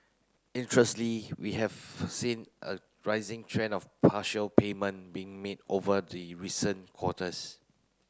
we have seen a rising trend of partial payment being made over the recent quarters